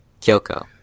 Kyoko